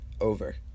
over